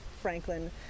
Franklin